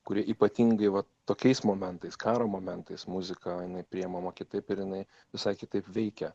kurie ypatingai va tokiais momentais karo momentais muzika jinai priimama kitaip ir jinai visai kitaip veikia